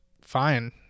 Fine